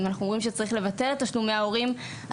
אם אנחנו אומרים שצריך לבטל את תשלומי ההורים,